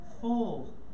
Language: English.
full